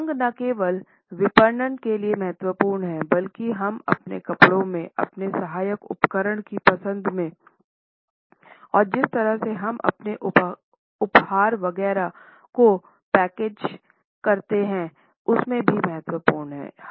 रंग न केवल विपणन के लिए महत्वपूर्ण हैं बल्कि हम अपने कपड़ों में अपने सहायक उपकरण की पसंद में और जिस तरह से हम अपने उपहार वगैरह को पैकेज करते हैं उसमे भी महत्त्वपूर्ण है